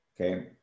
Okay